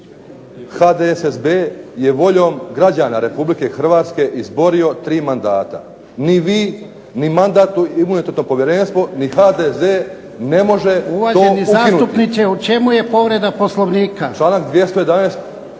HDSSB je voljom građana Republike Hrvatske izborio tri mandata. Ni vi ni Mandatno-imunitetno povjerenstvo ni HDZ ne može to ukinuti. **Jarnjak, Ivan (HDZ)** Uvaženi zastupniče, u čemu je povreda Poslovnika?